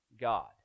God